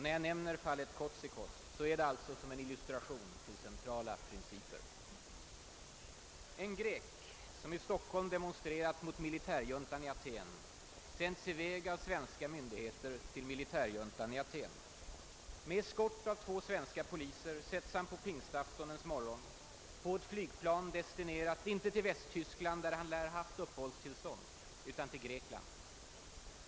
När jag nämner fallet Kotzikos sker detta som en illustration till centrala principer. En grek som i Stockholm demonstrerat mot militärjuntan i Aten sänds i väg av svenska myndigheter till militärjuntan i Aten. Med eskort av två svenska poliser sätts han på pingstaftonens morgon på ett flygplan destinerat inte till Västtyskland, där han lär ha haft uppehållstillstånd, utan till Grekland.